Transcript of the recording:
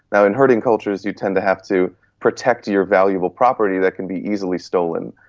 now, in herding cultures you tend to have to protect your valuable property that can be easily stolen,